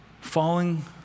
falling